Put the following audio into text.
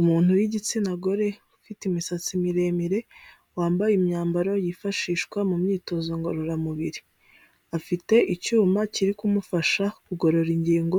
Umuntu w'igitsina gore ufite imisatsi miremire, wambaye imyambaro yifashishwa mu myitozo ngororamubiri, afite icyuma kiri kumufasha kugorora ingingo